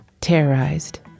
Terrorized